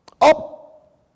up